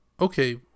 Okay